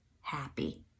happy